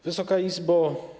Wysoka Izbo!